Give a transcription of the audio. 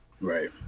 Right